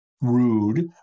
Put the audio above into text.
rude